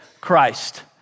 Christ